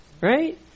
right